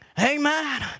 Amen